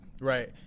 Right